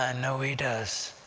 and know he does.